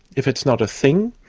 if it's not a thing,